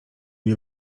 nie